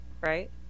Right